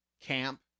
camp